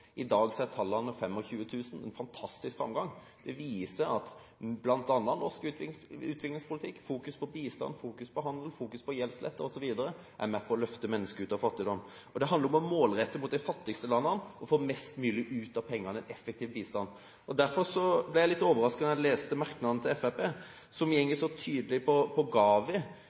I dag er tallene 25 000 – en fantastisk framgang. Det viser at bl.a. norsk utviklingspolitikk, fokus på bistand, fokus på handel, fokus på gjeldslette osv. er med på å løfte mennesker ut av fattigdom. Det handler om å målrette bistanden mot de fattigste landene og få mest mulig effektiv bistand ut av pengene. Derfor ble jeg litt overrasket da jeg leste merknaden til Fremskrittspartiet, som går på Den globale vaksinealliansen, GAVI,